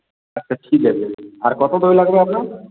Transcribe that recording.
আচ্ছা ঠিক আছে আর কত দই লাগবে আপনার